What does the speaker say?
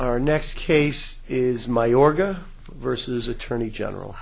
our next case is my your go versus attorney general